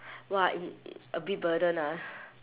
!wah! i~ a bit burden ah